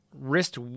wrist